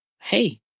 Hey